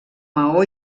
maó